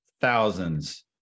thousands